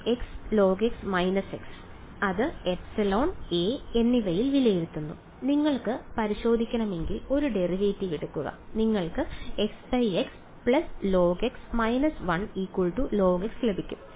xlog x അത് ε a എന്നിവയിൽ വിലയിരുത്തുക നിങ്ങൾക്ക് പരിശോധിക്കണമെങ്കിൽ ഒരു ഡെറിവേറ്റീവ് എടുക്കുക നിങ്ങൾക്ക് xx log − 1 log ലഭിക്കും